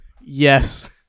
Yes